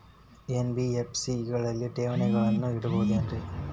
NBFC ಗಳಲ್ಲಿ ಠೇವಣಿಗಳನ್ನು ಇಡಬಹುದೇನ್ರಿ?